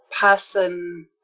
person